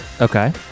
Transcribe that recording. okay